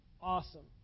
Awesome